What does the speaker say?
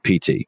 pt